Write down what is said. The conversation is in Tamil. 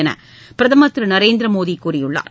என பிரதமர் திரு நரேந்திர மோடி கூறியுள்ளார்